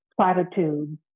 platitudes